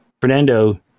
Fernando